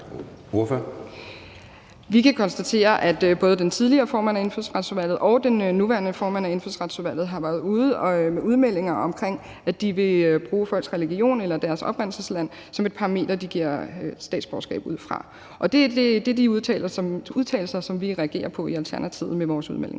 Vi kan konstatere, at både den tidligere formand for Indfødsretsudvalget og den nuværende formand for Indfødsretsudvalget har været ude med udmeldinger om, at de vil bruge folks religion eller deres oprindelsesland som et parameter, de giver statsborgerskab ud fra. Det er de udtalelser, vi reagerer på i Alternativet med vores udmelding.